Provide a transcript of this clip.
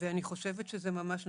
ואני חושבת שזה ממש נכון,